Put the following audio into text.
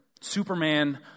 Superman